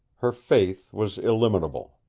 her faith was illimitable.